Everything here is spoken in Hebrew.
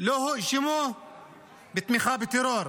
לא הואשמו בתמיכה בטרור.